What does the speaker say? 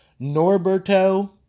Norberto